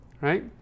right